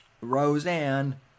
Roseanne